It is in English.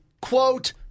quote